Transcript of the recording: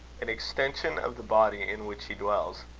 an extension of the body in which he dwells.